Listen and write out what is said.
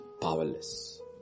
powerless